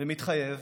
ומתחייב